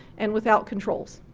and without controls.